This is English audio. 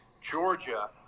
Georgia